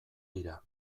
dira